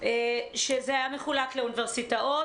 זה היה מחולק לאוניברסיטאות,